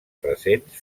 presents